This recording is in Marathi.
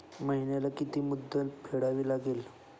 महिन्याला किती मुद्दल फेडावी लागेल?